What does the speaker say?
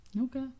Okay